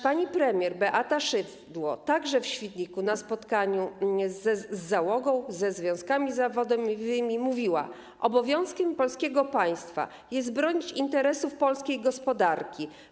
Pani premier Beata Szydło także w Świdniku na spotkaniu z załogą, ze związkami zawodowymi mówiła zaś: Obowiązkiem polskiego państwa jest bronić interesów polskiej gospodarki.